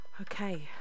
Okay